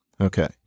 Okay